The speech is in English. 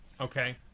Okay